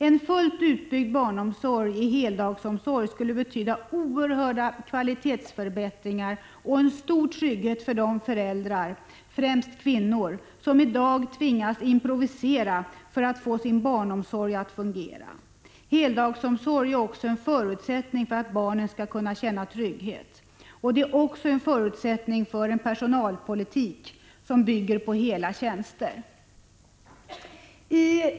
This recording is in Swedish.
En fullt utbyggd barnomsorg i form av heldagsomsorg skulle betyda oerhörda kvalitetsförbättringar och en stor trygghet för de föräldrar — främst kvinnor — som i dag tvingas improvisera för att få sin barnomsorg att fungera. Vidare är heldagsomsorg en förutsättning för att barnen skall kunna känna trygghet. Den utgör också en förutsättning för en personalpolitik som bygger på heltidstjänster.